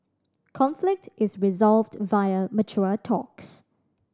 conflict is resolved via mature talks